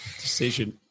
decision